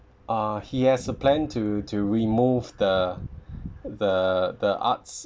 uh he has a plan to to remove the the the arts